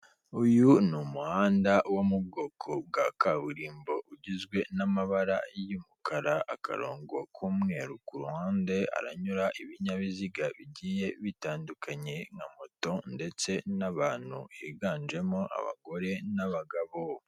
Uyu ni umuhanda wo mu bwoko bwa kaburimbo ugizwe n'amabara y'umukara akarongo k'umweru ku ruhande, haranyura ibinyabiziga bigiye bitandukanye nka moto ndetse n'abantu higanjemo abagore n'abagabo.